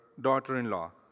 daughter-in-law